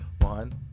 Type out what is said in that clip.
One